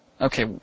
Okay